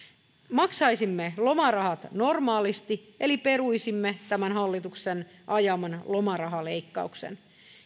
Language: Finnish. maksaisimme lomarahat normaalisti eli peruisimme tämän hallituksen ajaman lomarahaleikkauksen